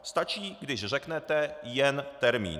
Stačí, když řeknete jen termín.